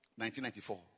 1994